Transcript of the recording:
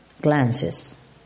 glances